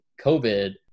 COVID